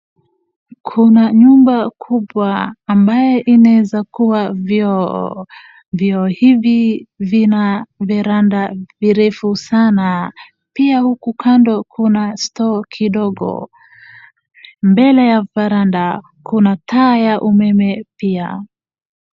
Kuna nyumba kubwa ambayo inaweza kuwa vyoo. Vyoo hivi vina veranda virefu sana. pia huku kando kuna stoo kidogo. Mbele ya veranda, kuna taa ya umeme pia.